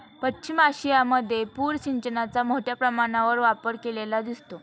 पश्चिम आशियामध्ये पूर सिंचनाचा मोठ्या प्रमाणावर वापर केलेला दिसतो